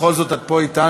בכל זאת, את פה אתנו.